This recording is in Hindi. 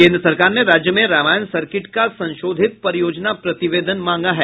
केंद्र सरकार ने राज्य में रामायण सर्किट का संशोधित परियोजना प्रतिवेदन मांगा है